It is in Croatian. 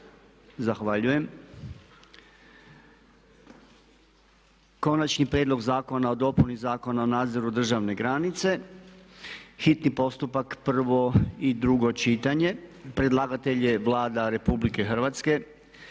Zahvaljujem. - Konačni prijedlog zakona o dopuni Zakona o nadzoru državne granice, hitni postupak, prvo i drugo čitanje. Predlagatelj je Vlada Republike Hrvatske